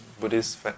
buddhist